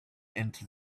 into